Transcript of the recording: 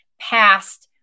past